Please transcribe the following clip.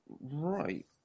Right